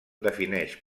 defineix